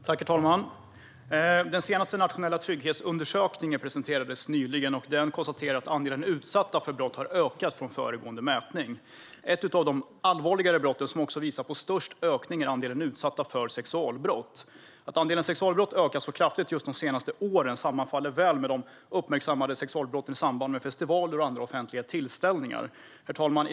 Herr talman! Den senaste nationella trygghetsundersökningen presenterades nyligen. I den konstaterades att antalet utsatta för brott har ökat från föregående mätning. Ett av de allvarligare brotten, som också visar störst ökning, är andelen utsatta för sexualbrott. Att andelen sexualbrott har ökat så kraftigt de senaste åren sammanfaller väl med de uppmärksammade sexualbrotten i samband med festivaler och andra offentliga tillställningar. Herr talman!